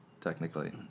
technically